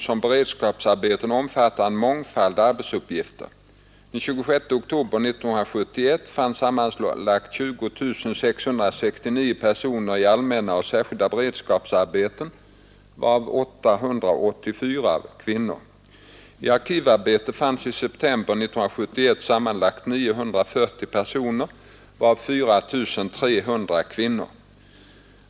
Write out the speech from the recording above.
som beredskapsarbeten, omfattar en mångfald arbetsuppgifter. Den 26 oktober 1971 fanns sammanlagt 20 669 personer i allmänna och särskilda beredskapsarbeten, varav 884 kvinnor. I arkivarbeten fanns i september 1971 sammanlagt 9 400 personer varav 4 300 kvinnor.